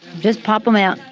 just pop them out.